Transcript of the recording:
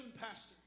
Pastor